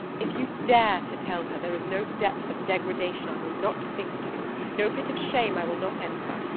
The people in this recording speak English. if you dare to tell her, there is no depth of degradation i will not sink to, no pit of shame i will not enter.